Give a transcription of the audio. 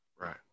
Right